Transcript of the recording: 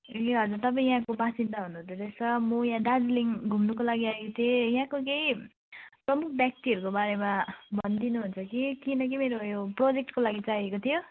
ए हजुर तपाईँ यहाँको बासिन्दा हुनुहुँदो रहेछ म यहाँ दार्जिलिङ घुम्नुको लागि आएको थिएँ यहाँको केही प्रमुख व्याक्तिहरको बारेमा भनिदिनुहुन्छ कि किनकि यो मेरो प्रोजेक्टको लागि चाहिएको थियो